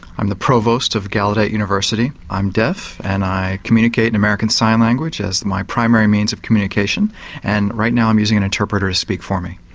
i'm the provost of gallaudet university, i'm deaf and i communicate in american sign language as my primary means of communication and right now i'm using an interpreter to speak for me.